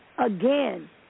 Again